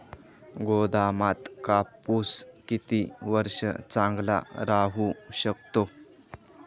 गोदामात कापूस किती वर्ष चांगला राहू शकतो?